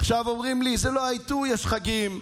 עכשיו אומרים לי: זה לא העיתוי, יש חגים.